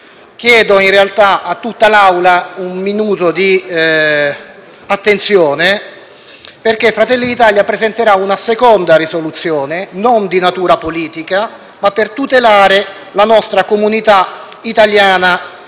Chiedo, in realtà, a tutta l'Assemblea un minuto di attenzione perché Fratelli d'Italia presenterà una seconda proposta di risoluzione, non di natura politica, per tutelare la nostra comunità italiana in